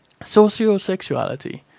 Sociosexuality